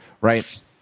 Right